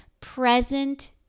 present